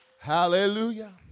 Hallelujah